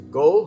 go